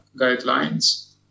guidelines